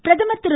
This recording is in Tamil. பிரதமர் திரு